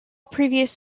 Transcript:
previous